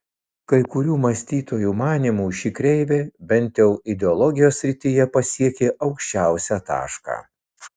kai kurių mąstytojų manymu ši kreivė bent jau ideologijos srityje pasiekė aukščiausią tašką